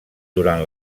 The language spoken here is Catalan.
durant